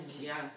Yes